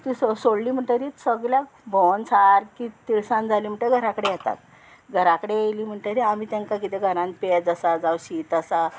तीं सो सोडली म्हणटरी सगल्याक भोंवोन सारकी तिनसांज जाली म्हणटगीर घरा कडेन येतात घरा कडेन येयली म्हणटरीर आमी तांकां कितें घरान पेज आसा जावं शीत आसा